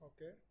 Okay